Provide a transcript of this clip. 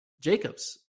Jacobs